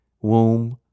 womb